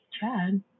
Chad